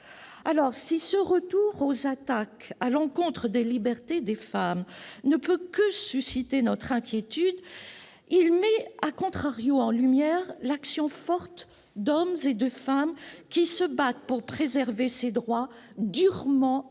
rues. Si ce retour des attaques à l'encontre des libertés des femmes ne peut que susciter notre inquiétude, il met en lumière,, l'action forte d'hommes et de femmes qui se battent pour préserver des droits durement acquis